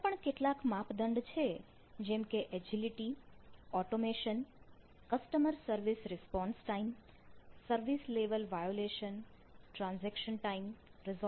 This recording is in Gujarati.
બીજા પણ કેટલાક માપદંડ છે જેમ કે એજીલીટી વગેરે